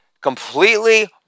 completely